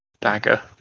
dagger